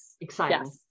exciting